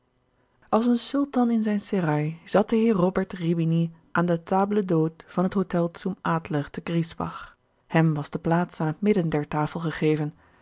als een sultan in zijn serail zat de heer robert rimini aan de table d'hote van het hotel zum adler te griesbach hem was de plaats aan het midden der tafel gegeven